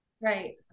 Right